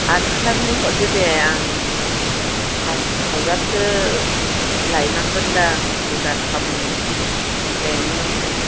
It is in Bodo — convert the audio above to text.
आथ थाखानि हरदो दे आं पास हाजारसो लायनांगोनदां बिघाथाम गायनायावहाय